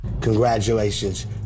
congratulations